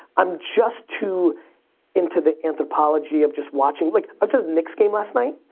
i'm just too into the anthropology of just watching like so the knick's game last night,